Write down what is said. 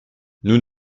nous